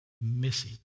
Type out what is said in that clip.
missing